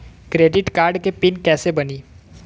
Credit card के PIN कैसे बनी?